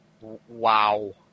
Wow